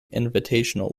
invitational